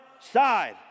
side